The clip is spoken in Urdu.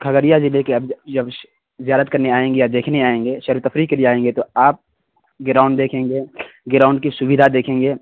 کھگریہ ضلعے کے زیارت کرنے آئیں گے یا دیکھنے آئیں گے سیر و تفریح کے لیے آئیں گے تو آپ گراؤنڈ دیکھیں گے گراؤنڈ کی سویدھا دیکھیں گے